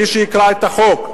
מי שיקרא את החוק,